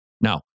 Now